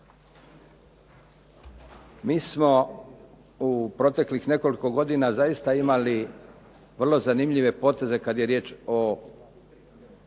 MI smo u proteklih nekoliko godina zaista imali vrlo zanimljive poteze kada je riječ o